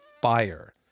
fire